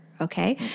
Okay